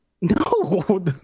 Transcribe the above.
No